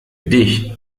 dich